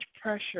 pressure